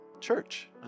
church